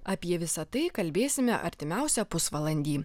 apie visa tai kalbėsime artimiausią pusvalandį